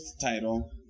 title